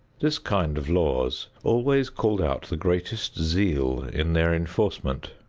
this kind of laws always called out the greatest zeal in their enforcement.